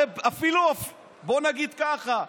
בואו נגיד ככה,